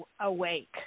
Awake